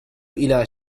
إلى